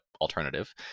alternative